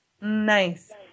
Nice